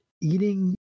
eating